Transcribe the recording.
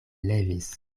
levis